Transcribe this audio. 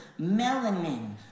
melanin